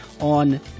on